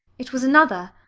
it was another.